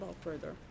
further